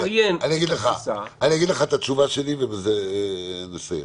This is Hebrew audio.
אני אגיד לך את התשובה שלי ובזה נסיים.